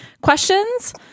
questions